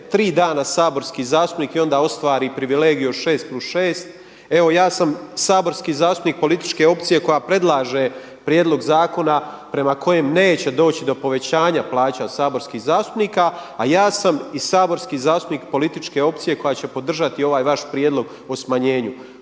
3 dana saborski zastupnik i onda ostvari privilegiju od 6+6. Evo ja sam saborski zastupnik političke opcije koja predlaže prijedlog zakona prema kojem neće doći do povećanja plaća saborskih zastupnika. A ja sam i saborski zastupnik političke opcije koja će podržati ovaj vaš prijedlog o smanjenju.